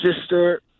sister